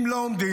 אם לא עומדים,